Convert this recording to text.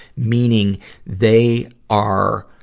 meaning they are,